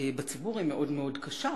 בציבור היא מאוד מאוד קשה.